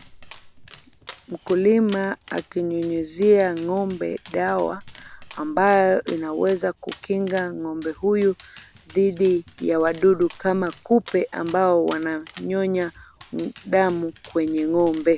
Mkulima akinyunyizia ng'ombe dawa ambayo inaweza kukinga dhidi ya wadudu kama kupe ambao wananyonya damu kwenye ng'ombe.